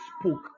spoke